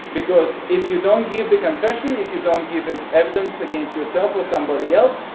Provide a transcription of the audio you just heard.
because if you don't give the confession, if you don't give evidence against yourself or somebody else,